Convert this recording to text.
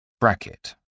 Bracket